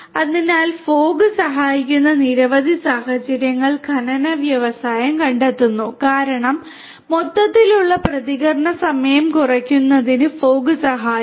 അതിനാൽ ഫോഗ് സഹായിക്കുന്ന നിരവധി സാഹചര്യങ്ങൾ ഖനന വ്യവസായം കണ്ടെത്തുന്നു കാരണം മൊത്തത്തിലുള്ള പ്രതികരണ സമയം കുറയ്ക്കുന്നതിന് ഫോഗ് സഹായിക്കും